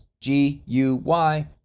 G-U-Y